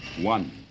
One